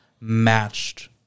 matched